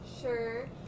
Sure